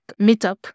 meetup